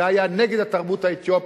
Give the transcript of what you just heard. זה היה נגד התרבות האתיופית.